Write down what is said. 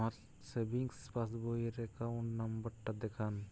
আমার সেভিংস পাসবই র অ্যাকাউন্ট নাম্বার টা দেখান?